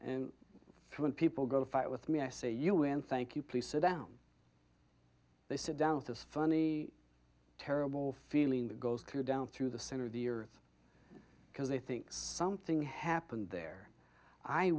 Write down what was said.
and when people go to fight with me i say you win thank you please sit down they sit down with this funny terrible feeling that goes through down through the center of the earth because they think something happened there i